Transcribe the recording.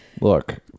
Look